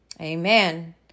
Amen